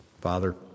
Father